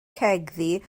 cegddu